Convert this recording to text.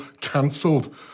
cancelled